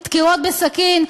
דקירות בסכין.